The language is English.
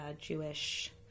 jewish